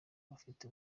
bafite